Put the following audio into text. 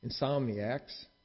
insomniacs